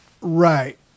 right